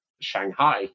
Shanghai